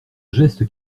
geste